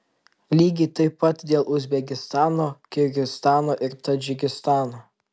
lygiai taip pat dėl uzbekistano kirgizstano ir tadžikistano